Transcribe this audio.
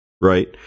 Right